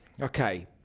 Okay